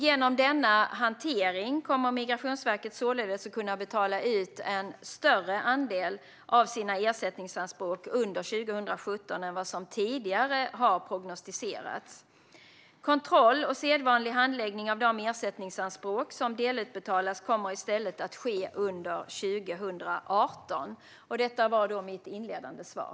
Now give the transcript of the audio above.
Genom denna hantering kommer Migrationsverket således att kunna betala ut en större andel av ersättningsanspråken under 2017 än vad som tidigare har prognostiserats. Kontroll och sedvanlig handläggning av de ersättningsanspråk som delutbetalas kommer i stället att ske under 2018. Detta var mitt inledande svar.